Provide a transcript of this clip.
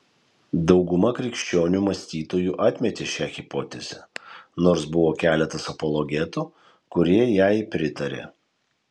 dauguma krikščionių mąstytojų atmetė šią hipotezę nors buvo keletas apologetų kurie jai pritarė